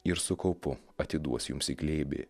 ir su kaupu atiduos jums į glėbį